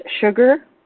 Sugar